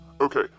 Okay